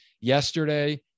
yesterday